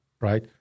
Right